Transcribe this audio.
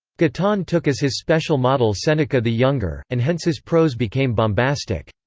guittone took as his special model seneca the younger, and hence his prose became bombastic.